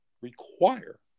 require